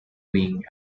wing